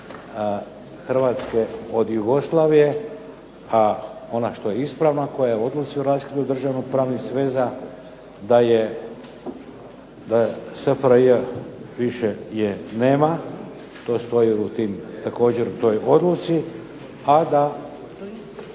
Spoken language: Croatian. Hrvatske od Jugoslavije, ona što je ispravna koja je u odluci o raskidu državno-pravnih sveza, da je SFRJ više je nema. To stoji u tim, također u toj odluci, a da